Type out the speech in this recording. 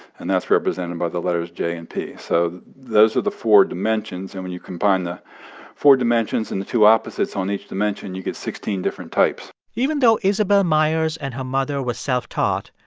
and that's represented by the letters j and p. so those are the four dimensions, and when you combine the four dimensions and the two opposites on each dimension, you get sixteen different types even though isabel myers and her mother were self-taught,